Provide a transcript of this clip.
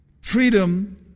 freedom